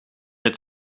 het